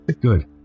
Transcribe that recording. Good